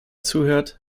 zuhört